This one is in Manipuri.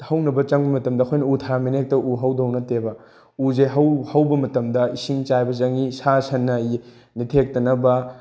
ꯍꯧꯅꯕ ꯆꯪꯕ ꯃꯇꯝꯗ ꯑꯩꯈꯣꯏꯅ ꯎ ꯊꯥꯔꯝꯃꯦꯅ ꯍꯦꯛꯇ ꯎ ꯍꯧꯗꯧ ꯅꯠꯇꯦꯕ ꯎꯁꯦ ꯍꯧꯕ ꯃꯇꯝꯗ ꯏꯁꯤꯡ ꯆꯥꯏꯕ ꯆꯪꯉꯤ ꯁꯥ ꯁꯟꯅ ꯅꯦꯇꯊꯦꯛꯇꯅꯕ